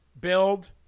build